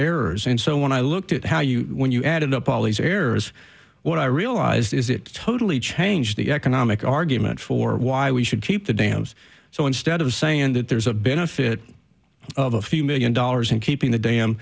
errors and so when i looked at how you when you added up all these errors what i realized is it totally changed the economic argument for why we should keep the dams so instead of saying that there's a benefit of a few million dollars in keeping the dam